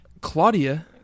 Claudia